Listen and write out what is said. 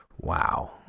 wow